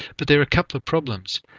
but there are a couple of problems.